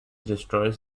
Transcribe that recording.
destroys